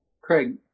Craig